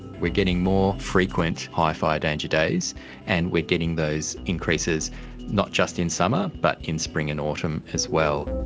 we're getting more frequent high fire danger days and we're getting those increases not just in summer but in spring and autumn as well.